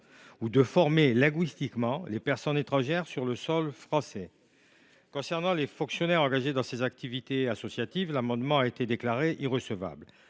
ou de former linguistiquement les personnes étrangères sur le sol français. Notre amendement concernant les fonctionnaires engagés dans ces activités associatives a été déclaré irrecevable,